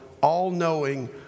all-knowing